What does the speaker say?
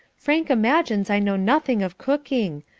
frank imagines i know nothing of cooking.